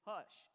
Hush